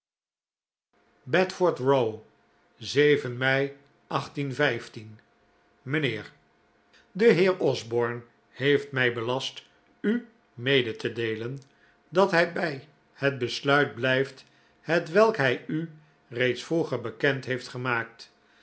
row mijnheer de heer osborne heeft mij belast u mede te deelen dat hij bij het besluit blijft hetwelk hij u reeds vroeger bekend heeft gemaakt